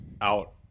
out